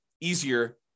easier